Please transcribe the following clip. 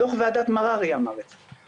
זה דו"ח ועדת מררי אמר את זה.